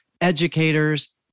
educators